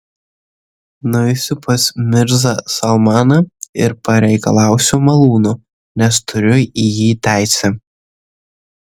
nueisiu pas mirzą salmaną ir pareikalausiu malūno nes turiu į jį teisę